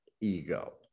ego